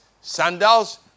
sandals